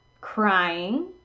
crying